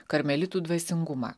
karmelitų dvasingumą